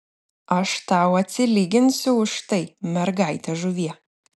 aš tau atsilyginsiu už tai mergaite žuvie